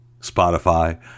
Spotify